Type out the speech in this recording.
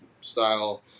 style